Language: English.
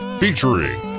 featuring